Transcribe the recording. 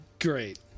Great